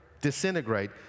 disintegrate